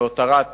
והותרת